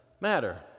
matter